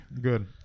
Good